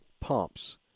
pumps